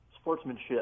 sportsmanship